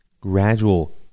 gradual